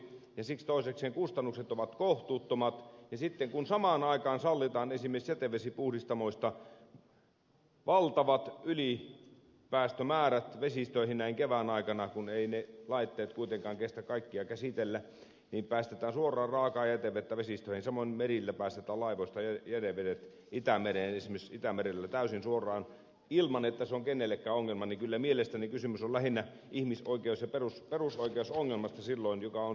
siksi toiseksi kustannukset ovat kohtuuttomat ja sitten kun samaan aikaan sallitaan esimerkiksi jätevesipuhdistamoista valtavat ylipäästömäärät vesistöihin näin kevään aikana kun ne laitteet eivät kuitenkaan kestä kaikkea käsitellä niin päästetään suoraan raakaa jätevettä vesistöihin samoin merillä päästetään laivoista jätevedet esimerkiksi itämereen täysin suoraan ilman että se on kenellekään ongelma niin kyllä mielestäni kysymys on lähinnä ihmisoikeus ja perusoikeusongelmasta silloin mikä on syytä tutkia